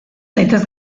zaitez